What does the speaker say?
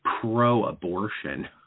pro-abortion